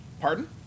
Pardon